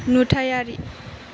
नुथायारि